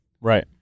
Right